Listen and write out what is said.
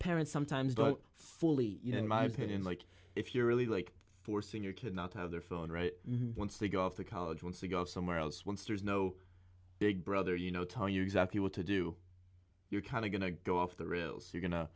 parents sometimes don't fully you know in my opinion like if you're really like forcing your kid not have their phone right once they go off to college wants to go somewhere else once there is no big brother you know telling you exactly what to do you're kind of going to go off the rails you're go